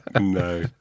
no